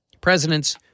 presidents